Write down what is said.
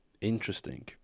interesting